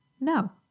No